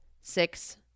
six